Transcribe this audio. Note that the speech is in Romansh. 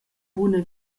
buna